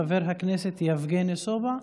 חבר הכנסת יבגני סובה,